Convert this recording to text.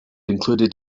included